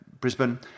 Brisbane